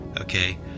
Okay